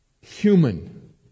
human